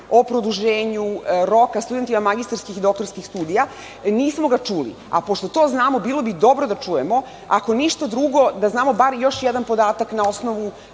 o produženju roka studentima magistarskih i doktorskih studija. Nismo ga čuli, a pošto to znamo bilo bi dobro da čujemo. Ako ništa drugo da znamo bar još jedan podatak na osnovu